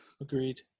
Agreed